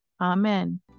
amen